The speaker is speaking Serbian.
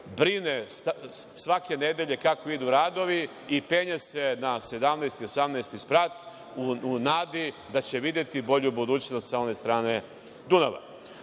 brine svake nedelje kako idu radovi i penje se na 17. sprat, u nadi da će videti bolju budućnost sa one strane Dunava. Ovaj